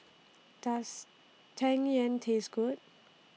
Does Tang Yuen Taste Good